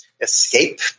escape